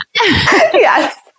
Yes